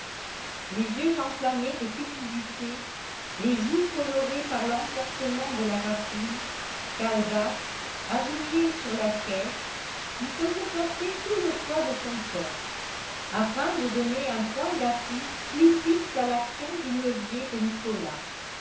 les yeux enflammés de cupidité les joues colorées par l'emportement de la rapine calebasse agenouillée sur la caisse y faisait porter tout le poids de son corps afin de donner un point d'appui plus fixe à l'action du levier de nicolas